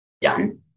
done